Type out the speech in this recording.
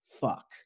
fuck